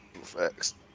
Facts